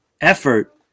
effort